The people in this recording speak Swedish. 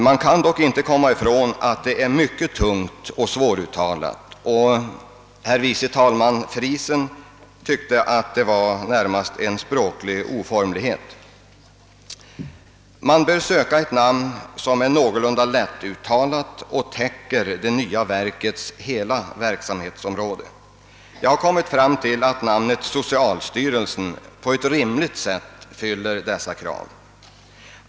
Man kan dock inte komma ifrån att detta namn är mycket tungt och svåruttalat — herr förste vice talmannen von Friesen tyckte ju att konstruktionen närmast var en språklig oformlighet. Man bör söka finna ett namn som är någorlunda lättuttalat och som täcker det nya verkets hela verksamhetsområde. Jag har kommit fram till att namnet »socialstyrelsen» på ett rimligt sätt fyller dessa krav.